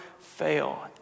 fail